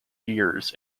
years